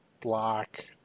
Block